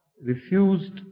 refused